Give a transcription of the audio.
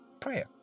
prayer